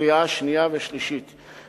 לקריאה שנייה ולקריאה שלישית.